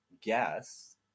guess